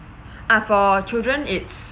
ah for children it's